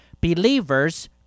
Believers